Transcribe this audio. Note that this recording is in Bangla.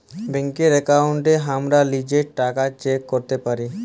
ব্যাংকের একাউন্টে হামরা লিজের টাকা চেক ক্যরতে পারি